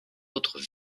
autres